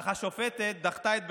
אך השופטת דחתה את בקשתם.